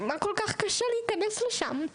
מה כל כך קשה להיכנס לשם.